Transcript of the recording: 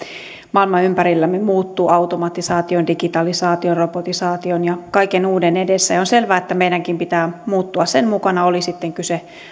maailma ympärillämme muuttuu automatisaation digitalisaation robotisaation ja kaiken uuden edessä ja on selvää että meidänkin pitää muuttua sen mukana oli sitten kyse